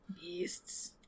beasts